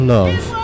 Love